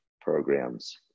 programs